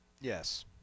Yes